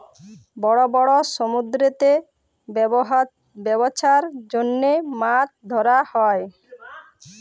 বড় বড় সমুদ্দুরেতে ব্যবছার জ্যনহে মাছ ধ্যরা হ্যয়